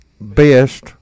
Best